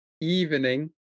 evening